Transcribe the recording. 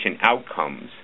outcomes